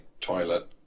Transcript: toilet